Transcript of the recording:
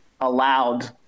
allowed